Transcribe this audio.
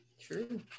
True